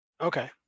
okay